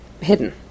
hidden